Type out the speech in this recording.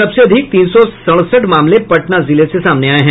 सबसे अधिक तीन सौ सड़सठ मामले पटना जिले से सामने आये हैं